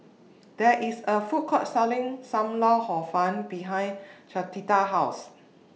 There IS A Food Court Selling SAM Lau Hor Fun behind Clotilda's House